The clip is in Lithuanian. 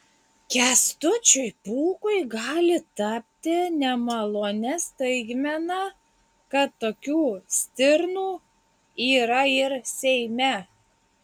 kęstučiui pūkui gali tapti nemalonia staigmena kad tokių stirnų yra ir seime